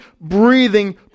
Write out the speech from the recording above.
breathing